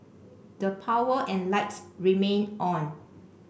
the power and lights remained on